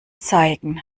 zeigen